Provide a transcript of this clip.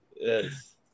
Yes